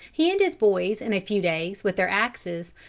he and his boys in a few days, with their axes,